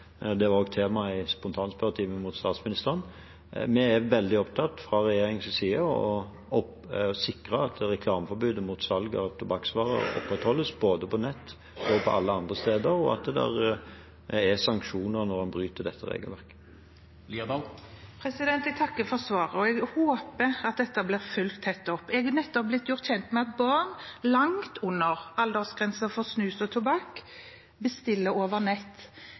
Det var også tema i spontanspørretimen med statsministeren. Vi er fra regjeringens side veldig opptatt av å sikre at reklameforbudet mot salg av tobakksvarer opprettholdes på både nett og alle andre steder, og at det medfører sanksjoner når en bryter dette regelverket. Jeg takker for svaret, og jeg håper at dette blir fulgt tett opp. Jeg er nettopp blitt gjort kjent med at barn langt under aldersgrensen for snus og tobakk bestiller over nett.